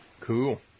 Cool